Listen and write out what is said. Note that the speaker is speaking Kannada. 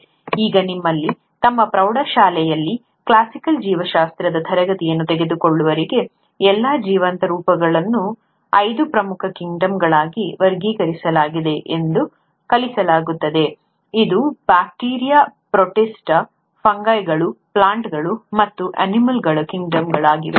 ಈಗ ನಿಮ್ಮಲ್ಲಿ ತಮ್ಮ ಪ್ರೌಢಶಾಲೆಯಲ್ಲಿ ಕ್ಲಾಸಿಕಲ್ ಜೀವಶಾಸ್ತ್ರದ ತರಗತಿಯನ್ನು ತೆಗೆದುಕೊಳ್ಳುವವರಿಗೆ ಎಲ್ಲಾ ಜೀವಂತ ರೂಪಗಳನ್ನು ಐದು ಪ್ರಮುಖ ಕಿಂಗ್ಡಮ್ಗಳಾಗಿ ವರ್ಗೀಕರಿಸಲಾಗಿದೆ ಎಂದು ಕಲಿಸಲಾಗುತ್ತದೆ ಅದು ಬ್ಯಾಕ್ಟೀರಿಯಾ ಪ್ರೋಟಿಸ್ಟಾ ಫಂಗೈಗಳು ಪ್ಲಾಂಟ್ಗಳು ಮತ್ತು ಅನಿಮಲ್ಗಳ ಕಿಂಗ್ಡಮ್ ಆಗಿವೆ